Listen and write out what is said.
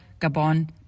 Gabon